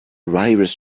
virus